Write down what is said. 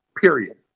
period